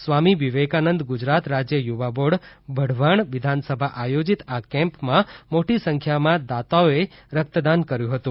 સ્વામી વિવેકાનંદ ગુજરાત રાજ્ય યુવા બોર્ડ વઢવાણ વિધાનસભા આયોજિત આ કેમ્પમા મોટી સઁખ્યામાં દાતાઓએ રક્તદાન કર્યું હતું